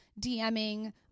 DMing